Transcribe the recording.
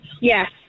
Yes